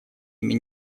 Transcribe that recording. ими